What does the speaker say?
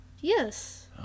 Yes